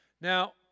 Now